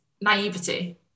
naivety